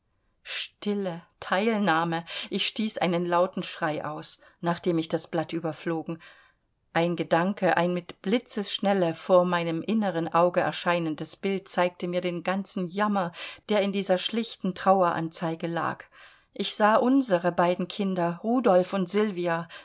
stille teilnahme ich stieß einen lauten schrei aus nachdem ich das blatt überflogen ein gedanke ein mit blitzesschnelle vor meinem inneren auge erscheinendes bild zeigte mir den ganzen jammer der in dieser schlichten traueranzeige lag ich sah unsere beiden kinder rudolf und sylvia